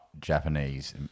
Japanese